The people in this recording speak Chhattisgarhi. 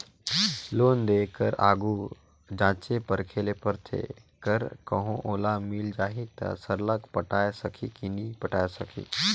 लोन देय कर आघु जांचे परखे ले परथे कर कहों ओला मिल जाही ता सरलग पटाए सकही कि नी पटाए सकही